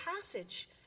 passage